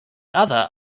other